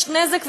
יש נזק,